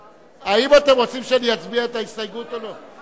האם אתם רוצים שאני אצביע על ההסתייגות או לא?